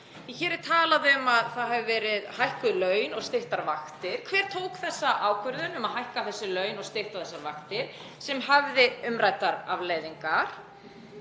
hér er talað um að það hafi verið hækkuð laun og styttar vaktir. Hver tók þessa ákvörðun um að hækka þessi laun og stytta þessar vakti sem hafði umræddar afleiðingar?